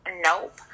Nope